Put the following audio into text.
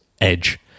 edge